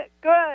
good